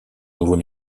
nouveau